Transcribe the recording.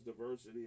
diversity